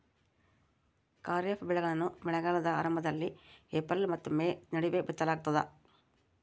ಖಾರಿಫ್ ಬೆಳೆಗಳನ್ನ ಮಳೆಗಾಲದ ಆರಂಭದಲ್ಲಿ ಏಪ್ರಿಲ್ ಮತ್ತು ಮೇ ನಡುವೆ ಬಿತ್ತಲಾಗ್ತದ